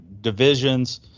divisions